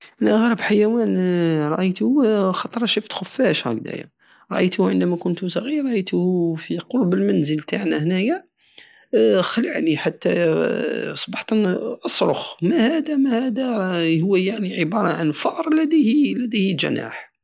اغرب حيوان رايته هو ال- رااية خطرة شفت خفاش هكداية رايته عندما كنت صغير رايته في قرب المنزل تاعنا هناية خلعني حتى اصبحت اصرخ ماهادا ماهادا هو يعني عبارة عن فأر لديه- لديه جناح